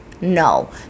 No